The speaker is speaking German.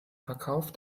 verkauf